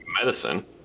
medicine